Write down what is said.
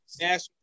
National